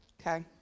okay